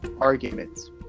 arguments